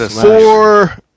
four